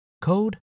code